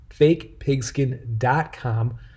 fakepigskin.com